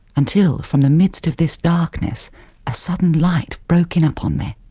until from the midst of this darkness a sudden light broke in upon me,